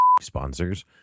sponsors